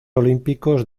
olímpicos